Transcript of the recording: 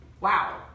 Wow